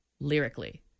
lyrically